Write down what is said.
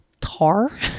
tar